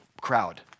crowd